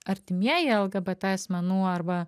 artimieji lgbt asmenų arba